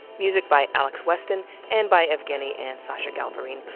music by alex weston and by evgueni and sacha galperine.